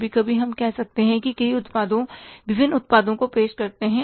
कभी कभी हम कह सकते हैं कि कई उत्पादों विभिन्न उत्पादों को पेश करते हैं